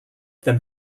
them